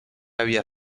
había